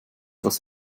das